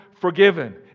forgiven